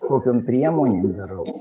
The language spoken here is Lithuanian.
kokiom priemonėm darau